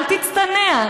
אל תצטנע.